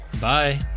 Bye